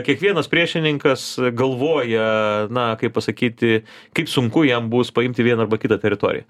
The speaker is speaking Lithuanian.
kiekvienas priešininkas galvoja na kaip pasakyti kaip sunku jam bus paimti vieną arba kitą teritoriją